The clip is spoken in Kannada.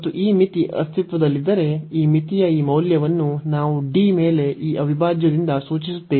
ಮತ್ತು ಈ ಮಿತಿ ಅಸ್ತಿತ್ವದಲ್ಲಿದ್ದರೆ ಈ ಮಿತಿಯ ಈ ಮೌಲ್ಯವನ್ನು ನಾವು D ಮೇಲೆ ಈ ಅವಿಭಾಜ್ಯದಿಂದ ಸೂಚಿಸುತ್ತೇವೆ